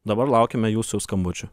dabar laukiame jūsų skambučių